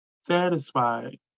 satisfied